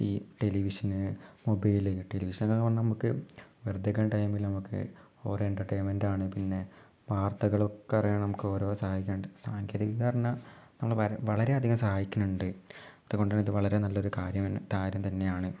ഈ television mobile ഈ television എന്ന് പറഞ്ഞാൽ നമുക്ക് വെറുതെ ഇരിക്കുന്ന ടൈമിൽ നമുക്ക് ഒരു എൻ്റർടെയ്ൻമെൻ്റ് ആണ് പിന്നെ വാർത്തകളൊക്കെ അറിയണം നമുക്ക് ഓരോ സഹായിക്കുന്നുണ്ട് സാങ്കേതിക വിദ്യ പറഞ്ഞാൽ നമ്മൾ വളരെ അധികം സഹായിക്കുന്നുണ്ട് അതു കൊണ്ടാണ് ഇത് വളരെ നല്ലൊരു കാര്യം തന്നെയാണ്